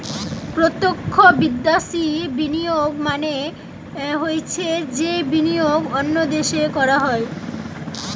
প্রত্যক্ষ বিদ্যাশি বিনিয়োগ মানে হৈছে যেই বিনিয়োগ অন্য দেশে করা হয়